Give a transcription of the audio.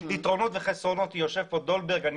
יושב פה דולברג,